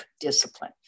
discipline